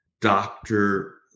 Doctor